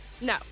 No